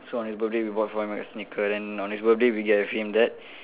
so on his birthday we bought for him a sneaker then on his birthday we gave him that